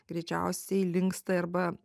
greičiausiai linksta arba